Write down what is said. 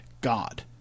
God